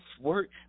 work